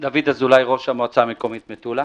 אני ראש המועצה המקומית מטולה.